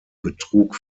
betrug